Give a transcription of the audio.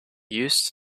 used